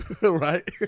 Right